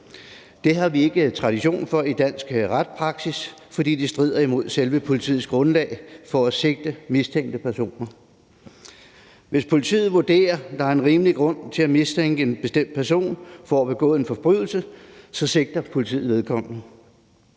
Det har vi ikke tradition for i dansk retspraksis, fordi de strider imod selve politiets grundlag for at sigte mistænkte personer. Hvis politiet vurderer, at der er en rimelig grund til at mistænke en bestemt person for at have begået en forbrydelse, sigter politiet vedkommende.